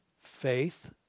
faith